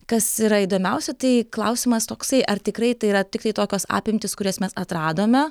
kas yra įdomiausia tai klausimas toksai ar tikrai tai yra tiktai tokios apimtys kurias mes atradome